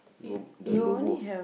lo~ the logo